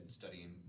studying